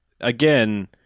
again